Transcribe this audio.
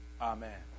Amen